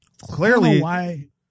Clearly